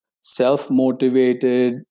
self-motivated